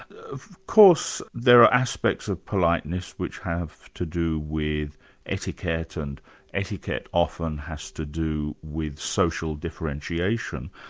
of course there are aspects of politeness which have to do with etiquette and etiquette often has to do with social differentiation,